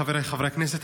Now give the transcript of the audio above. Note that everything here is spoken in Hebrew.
חבריי חברי הכנסת,